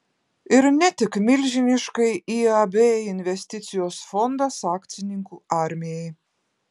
ir ne tik milžiniškai iab investicijos fondas akcininkų armijai